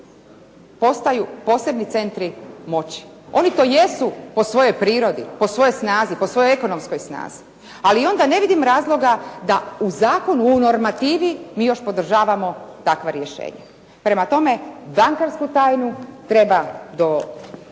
postaju posebni centri moći. Oni to jesu po svojoj prirodi, po svojoj snazi, po svojoj ekonomskoj snazi. Ali onda ne vidim razloga da u zakonu u normativi mi još podržavamo takva rješenja. Prema tome bankarsku tajnu treba do